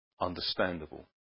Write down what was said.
understandable